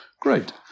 great